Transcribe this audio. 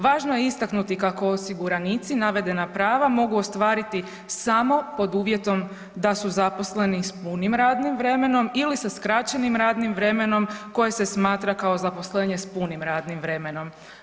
Važno je istaknuti kako osiguranici navedena prava mogu ostvariti samo pod uvjetom da su zaposleni s punim radnim vremenom ili sa skraćenim radnim vremenom koje se smatra kao zaposlenje s punim radnim vremenom.